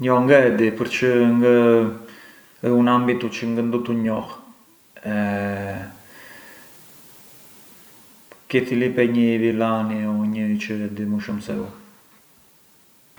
Jo ngë e di përçë ë un ambitu çë ngë ndutu njoh, kit i lipej njëi vilani o ndo njeri çë di më shumë se u.